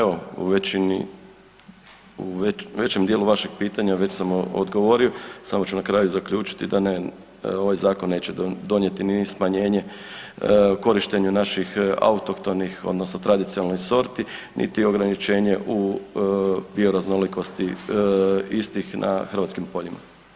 Evo budući u većem djelu vašeg pitanja, već sam odgovorio, samo ću na kraju zaključiti da ne, ovaj zakon neće donijeti ni smanjenje korištenju naših autohtonih odnosno tradicionalnih sorti niti ograničenje u bioraznolikosti istih na hrvatskim poljima.